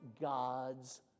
God's